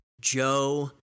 Joe